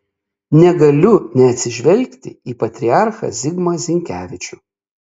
negaliu neatsižvelgti į patriarchą zigmą zinkevičių